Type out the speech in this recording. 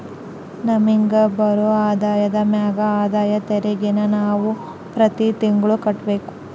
ನಮಿಗ್ ಬರೋ ಆದಾಯದ ಮ್ಯಾಗ ಆದಾಯ ತೆರಿಗೆನ ನಾವು ಪ್ರತಿ ತಿಂಗ್ಳು ಕಟ್ಬಕು